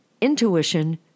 intuition